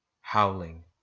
howling